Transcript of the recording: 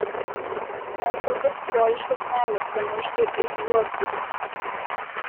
ar pakaks broliškos meilės pamiršti irzliuosius